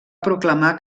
proclamar